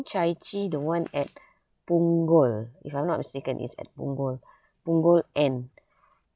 chai chee the [one] at punggol if I'm not mistaken is at punggol punggol end